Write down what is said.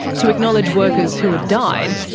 to acknowledge workers who had died,